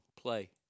Play